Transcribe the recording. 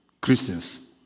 christians